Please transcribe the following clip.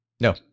No